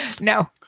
No